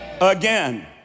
again